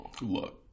look